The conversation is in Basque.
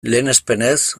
lehenespenez